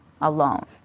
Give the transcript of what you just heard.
alone